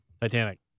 Titanic